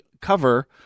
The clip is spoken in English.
cover